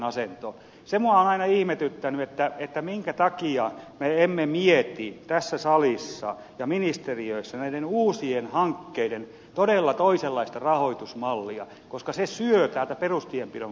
se minua on aina ihmetyttänyt minkä takia me emme mieti tässä salissa ja ministeriöissä näiden uusien hankkeiden todella toisenlaista rahoitusmallia koska se syö täältä perustienpidon puolelta sitä rahaa